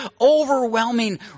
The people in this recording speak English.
overwhelming